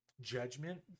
judgment